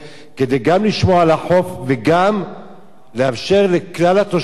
גם כדי לשמור על החוף וגם לאפשר לכלל התושבים.